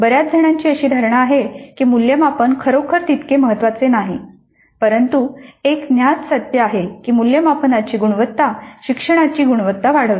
बऱ्याच जणांची अशी धारणा आहे की मूल्यमापन खरोखर तितके महत्वाचे नाही परंतु हे एक ज्ञात सत्य आहे की मूल्यमापनाची गुणवत्ता शिक्षणाची गुणवत्ता वाढवते